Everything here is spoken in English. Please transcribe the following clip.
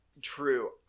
true